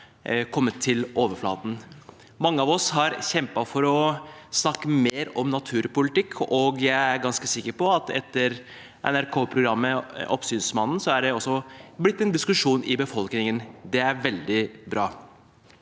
kommet til overflaten. Mange av oss har kjempet for å snakke mer om naturpolitikk, og jeg er ganske sikker på at det etter NRK-programmet «Oppsynsmannen» også er blitt en diskusjon i befolkningen. Det er veldig bra.